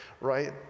right